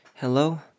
Hello